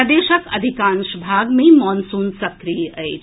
प्रदेशक अधिकांश भाग मे मॉनसून सक्रिय अछि